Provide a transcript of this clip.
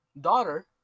daughter